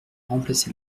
remplacer